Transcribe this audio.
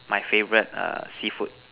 my favorite err seafood